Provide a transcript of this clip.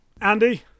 Andy